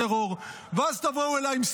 בעד ההצעה להעביר את הצעת החוק לוועדה,